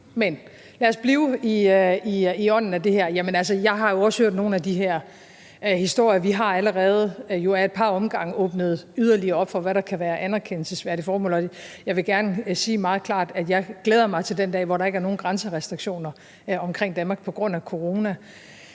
lad os blive i ånden af det her. Jeg har også hørt nogle af de her historier, og vi har jo allerede ad et par omgange åbnet yderligere op for, hvad der kunne være et anerkendelsesværdigt formål, og jeg vil gerne meget klart sige, at jeg glæder mig til den dag, hvor der ikke er nogen grænserestriktioner omkring Danmark på grund af corona.